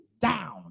down